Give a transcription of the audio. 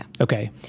Okay